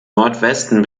nordwesten